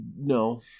No